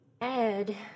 Ed